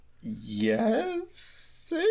Yes